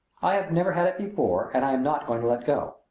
i have never had it before and i am not going to let go.